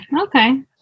Okay